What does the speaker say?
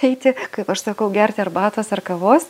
eiti kaip aš sakau gerti arbatos ar kavos